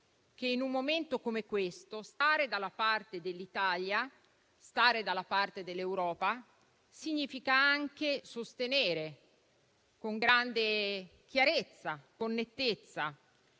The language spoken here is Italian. che in un momento come questo stare dalla parte dell'Italia e dell'Europa significa anche sostenere con grande chiarezza, con nettezza,